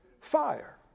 Fire